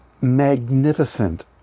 magnificent